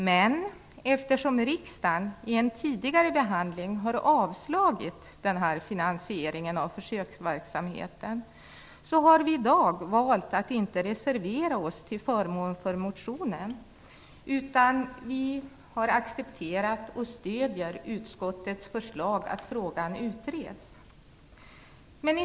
Men eftersom riksdagen i en tidigare behandling har avslagit detta förslag till finansiering av försöksverksamheten har vi i dag valt att inte reservera oss till förmån för motionen, utan accepterar och stödjer utskottets förslag att frågan skall utredas.